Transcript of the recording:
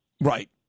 Right